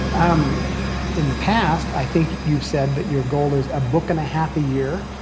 um in the past, i think you've said that your goal is a book and a half a year.